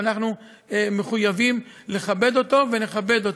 ואנחנו מחויבים לכבד אותו ונכבד אותו.